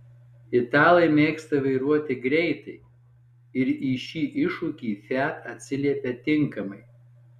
italai mėgsta vairuoti greitai ir į šį iššūkį fiat atsiliepia tinkamai